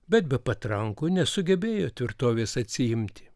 bet be patrankų nesugebėjo tvirtovės atsiimti